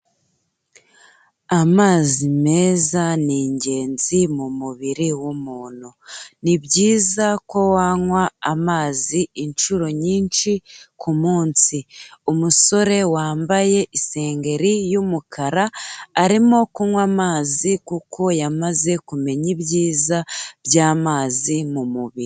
Amazi meza ni ingenzi mu mubiri w'umuntu, ni byiza ko wanywa amazi inshuro nyinshi ku munsi, umusore wambaye isengeri y'umukara arimo kunywa amazi kuko yamaze kumenya ibyiza by'amazi mu mubiri.